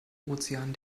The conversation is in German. ozean